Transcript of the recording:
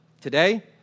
today